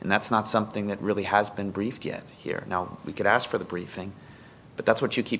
and that's not something that really has been briefed yet here we could ask for the briefing but that's what you keep